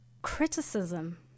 Criticism